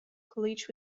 college